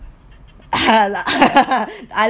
I